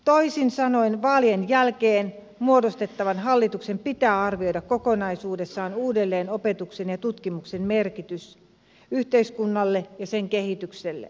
toisin sanoen vaalien jälkeen muodostettavan hallituksen pitää arvioida kokonaisuudessaan uudelleen opetuksen ja tutkimuksen merkitys yhteiskunnalle ja sen kehitykselle